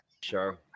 Sure